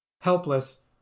Helpless